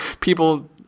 people